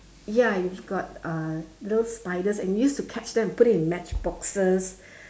ya it's got uh those spiders and we use to catch them put in matchboxes